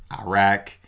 Iraq